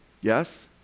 Yes